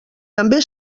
també